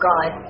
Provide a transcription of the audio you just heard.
God